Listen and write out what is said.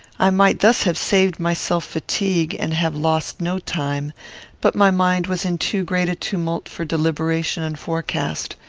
i might thus have saved myself fatigue, and have lost no time but my mind was in too great a tumult for deliberation and forecast.